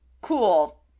cool